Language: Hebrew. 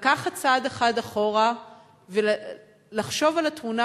לקחת צעד אחד אחורה ולחשוב על התמונה